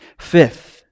Fifth